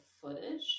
footage